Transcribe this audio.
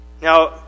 Now